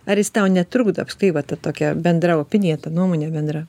ar jis tau netrukdo apskritai va ta tokia bendra opinija ta nuomonė bendra